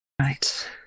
Right